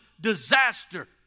disaster